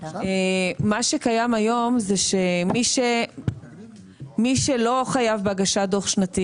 מה שקיים היום זה שמי שלא חייב בהגשת דוח שנתי